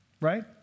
Right